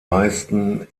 meisten